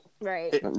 Right